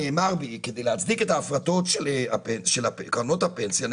כדי להצדיק את ההפרטות של קרנות הפנסיה,